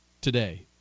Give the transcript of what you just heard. today